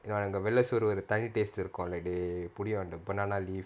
அங்க வெள்ள சோறு தனி:anga vella soru thani taste இருக்கும்:irukum they put it on the banana leaf